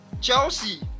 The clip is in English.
Chelsea